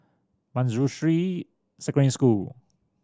Manjusri Secondary School